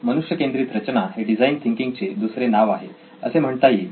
मनुष्य केंद्रित रचना हे डिझाईन थिंकिंग चे दुसरे नाव आहे असे म्हणता येईल